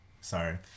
Sorry